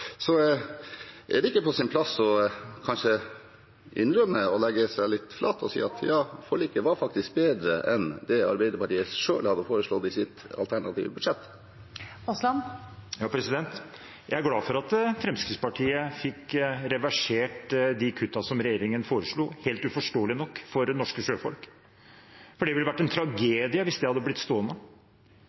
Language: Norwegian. Er det ikke på sin plass kanskje å innrømme og legge seg litt flat og si at forliket faktisk var bedre enn det Arbeiderpartiet selv hadde foreslått i sitt alternative budsjett? Jeg er glad for at Fremskrittspartiet fikk reversert de kuttene som regjeringen foreslo, helt uforståelig, for norske sjøfolk, for det ville vært en tragedie hvis de hadde blitt